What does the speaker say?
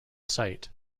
site